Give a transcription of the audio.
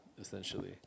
essentially